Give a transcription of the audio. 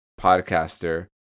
podcaster